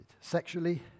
sexually